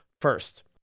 first